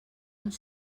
ens